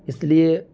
اس لیے